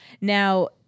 Now